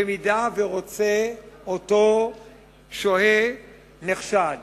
במידה שרוצה אותו שוהה נחשד